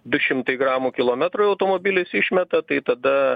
du šimtai gramų kilometrui automobilis išmeta tai tada